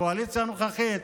הקואליציה הנוכחית,